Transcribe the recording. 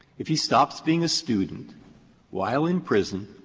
if he stops being a student while in prison,